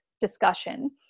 discussion